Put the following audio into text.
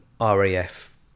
RAF